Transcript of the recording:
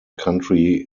country